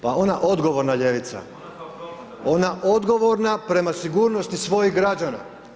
Pa ona odgovorna ljevica, ona odgovorna prema sigurnosti svojih građana.